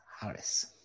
Harris